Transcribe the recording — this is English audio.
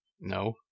No